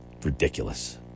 Ridiculous